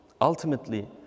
Ultimately